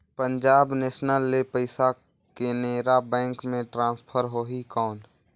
Punjab National ले पइसा Canara bank मे ट्रांसफर होहि कौन?